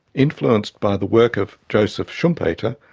influenced by the work of joseph schumpeter,